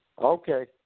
Okay